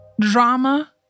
drama